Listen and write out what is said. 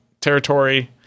territory